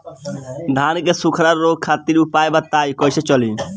धान के सुखड़ा रोग खातिर उपाय बताई?